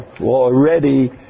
already